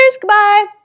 Goodbye